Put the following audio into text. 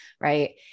Right